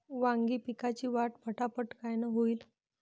वांगी पिकाची वाढ फटाफट कायनं होईल?